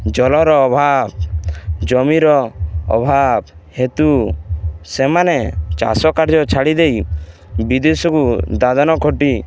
ଜଳର ଅଭାବ ଜମିର ଅଭାବ ହେତୁ ସେମାନେ ଚାଷ କାର୍ଯ୍ୟ ଛାଡ଼ି ଦେଇ ବିଦେଶକୁ ଦାଦନ ଖଟି